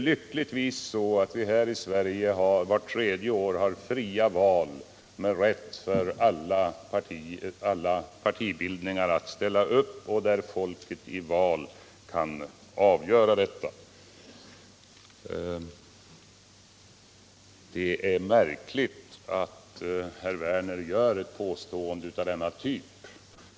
Lyckligtvis har vi i Sverige vart tredje år fria val, med rättighet för alla partibildningar att ställa upp, där folket i val kan säga sitt. Det är märkligt att herr Werner gör ett påstående av denna typ.